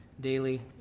daily